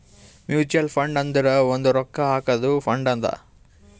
mutual fund ಅಂದುರ್ ಅದು ಒಂದ್ ರೊಕ್ಕಾ ಹಾಕಾದು ಫಂಡ್ ಅದಾ